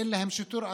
אין להן שיטור עירוני,